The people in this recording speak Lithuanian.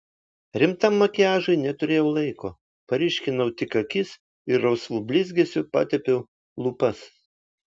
rimtam makiažui neturėjau laiko paryškinau tik akis ir rausvu blizgesiu patepiau lūpas